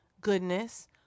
goodness